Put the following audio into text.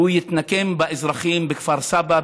הוא יתנקם באזרחים בכפר סבא,